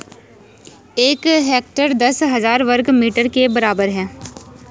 एक हेक्टेयर दस हजार वर्ग मीटर के बराबर है